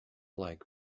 like